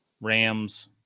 Rams